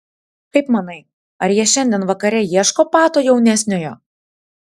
kaip manai ar jie šiandien vakare ieško pato jaunesniojo